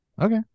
Okay